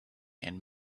and